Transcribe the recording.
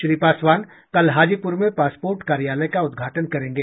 श्री पासवान कल हाजीपुर में पासपोर्ट कार्यालय का उद्घाटन करेंगे